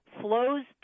flows